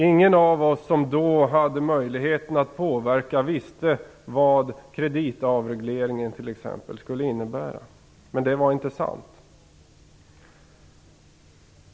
Ingen av oss som då hade möjligheten att påverka visste vad t.ex. kreditavregleringen skulle innebära. Men det var inte sant.